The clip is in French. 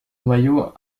noyau